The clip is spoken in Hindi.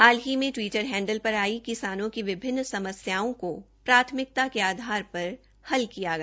हाल ही में टिवटर हैंडल पर आई किसानों की विभिन्न समस्याओं को प्राथमिकता के आधार पर हल किया गया